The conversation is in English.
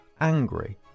angry